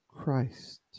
Christ